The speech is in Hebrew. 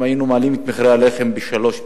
אם היינו מעלים את מחיר הלחם ב-3.3%,